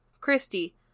Christy